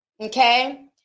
okay